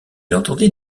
entendait